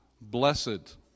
Blessed